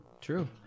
True